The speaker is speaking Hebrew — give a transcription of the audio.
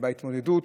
בהתמודדות.